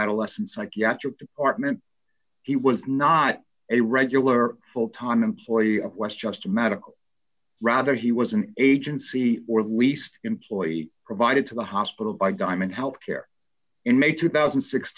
adolescent psychiatric department he was not a regular full time employee of west just a medical rather he was an agency or at least employee provided to the hospital by diamond health care in may two thousand